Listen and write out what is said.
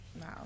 wow